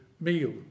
meal